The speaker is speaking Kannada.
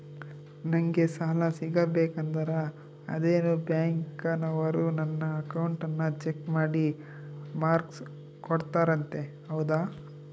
ನಂಗೆ ಸಾಲ ಸಿಗಬೇಕಂದರ ಅದೇನೋ ಬ್ಯಾಂಕನವರು ನನ್ನ ಅಕೌಂಟನ್ನ ಚೆಕ್ ಮಾಡಿ ಮಾರ್ಕ್ಸ್ ಕೋಡ್ತಾರಂತೆ ಹೌದಾ?